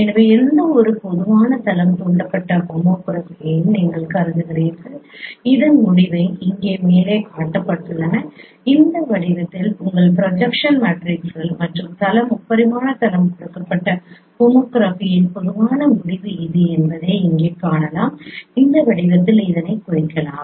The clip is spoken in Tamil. எனவே எந்தவொரு பொதுவான தளம் தூண்டப்பட்ட ஹோமோகிராஃபியையும் நீங்கள் கருதுகிறீர்கள் இதன் முடிவுகள் இங்கே மேலே காட்டப்பட்டுள்ளன இந்த வடிவத்தில் உங்கள் ப்ரொஜெக்ஷன் மேட்ரிக்ஸ்கள் மற்றும் தளம் முப்பரிமாண தளம் கொடுக்கப்பட்ட ஹோமோகிராஃபியின் பொதுவான முடிவு இது என்பதை இங்கே காணலாம் இந்த வடிவத்தில் குறிக்கலாம்